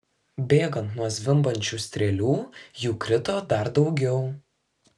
bėgant nuo zvimbiančių strėlių jų krito dar daugiau